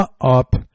up